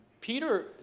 Peter